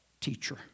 teacher